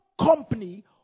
company